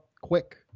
quick